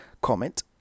comment